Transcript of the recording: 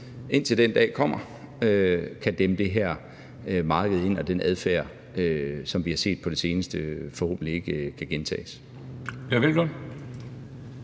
indtil den dag kommer – kan dæmme det her marked ind, så den her adfærd, vi har set på det seneste, forhåbentlig ikke kan gentages.